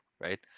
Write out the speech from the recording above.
right